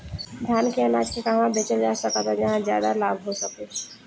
धान के अनाज के कहवा बेचल जा सकता जहाँ ज्यादा लाभ हो सके?